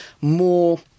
more